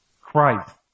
Christ